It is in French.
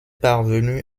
parvenu